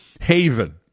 haven